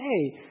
Hey